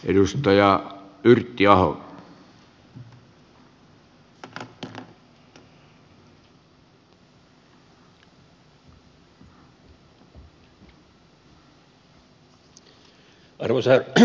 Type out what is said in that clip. arvoisa herra puhemies